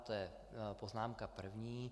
To je poznámka první.